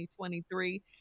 2023